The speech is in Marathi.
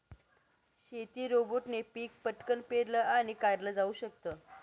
शेती रोबोटने पिक पटकन पेरलं आणि काढल जाऊ शकत